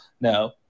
no